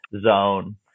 zone